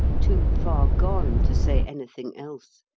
too far gone to say anything else,